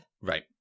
right